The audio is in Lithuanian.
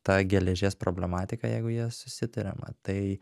ta geležies problematika jeigu ja susiduriama tai